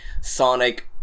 Sonic